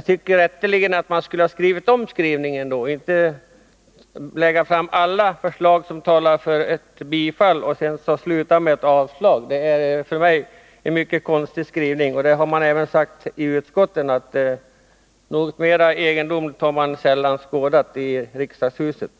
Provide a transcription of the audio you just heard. tycker jag att man borde ha gjort om skrivelsen i stället för att lägga fram alla förslag som talar för ett bifall och sedan avsluta med att man är för ett avslag. Det är en mycket konstig skrivning, och det har också sagts i utskottet att något mer egendomligt sällan har skådats i riksdagshuset.